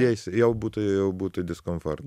jais jau būtų jau būtų diskomfort